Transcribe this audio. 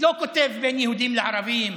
לא כותב: בין יהודים לערבים,